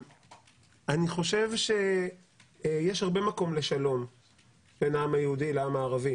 אני חושב שיש הרבה מקום לשלום בין העם היהודי לעם הערבי